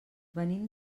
venim